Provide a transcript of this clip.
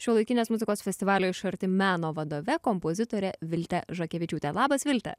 šiuolaikinės muzikos festivalio iš arti meno vadove kompozitore vilte žakevičiūte labas vilte